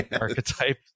archetype